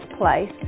place